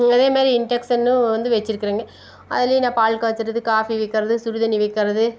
அதே மாதிரி இன்டெக்ஷனும் வந்து வச்சுருக்கிறேங்க அதுலேயும் நான் பால் காய்ச்சிறது காஃபி வைக்கிறது சுடுதண்ணி வைக்கிறது